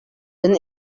than